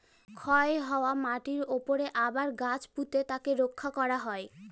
ক্ষয় হওয়া মাটিরর উপরে আবার গাছ পুঁতে তাকে রক্ষা করা হয়